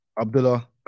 Abdullah